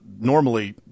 normally